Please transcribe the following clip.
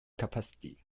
capacity